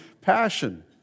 passion